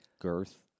Girth